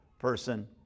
Person